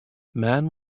man